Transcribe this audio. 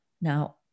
Now